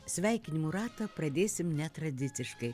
sveikinimų ratą pradėsim netradiciškai